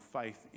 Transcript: faith